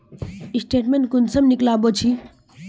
Statement कुंसम निकलाबो छी?